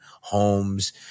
homes